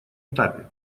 этапе